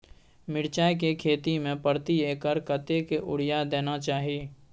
मिर्चाय के खेती में प्रति एकर कतेक यूरिया देना चाही?